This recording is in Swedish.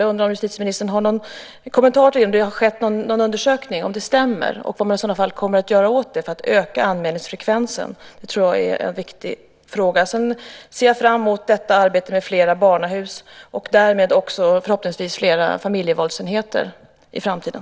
Jag undrar om justitieministern har någon kommentar till det. Har det skett någon undersökning om detta stämmer? Vad kommer man i så fall att göra för att öka anmälningsfrekvensen? Det är en viktig fråga. Jag ser fram emot ett arbete med flera barnahus och därmed förhoppningsvis också flera familjevåldsenheter i framtiden.